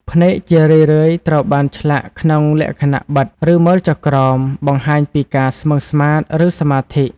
ភ្នែកជារឿយៗត្រូវបានឆ្លាក់ក្នុងលក្ខណៈ បិទ ឬមើលចុះក្រោម បង្ហាញពីការស្មឹងស្មាត ឬសមាធិ។